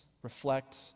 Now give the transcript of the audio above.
reflect